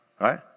right